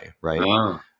Right